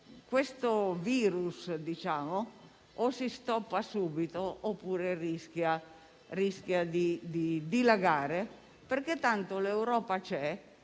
questo virus o si stoppa subito oppure rischia di dilagare. Tanto l'Europa c'è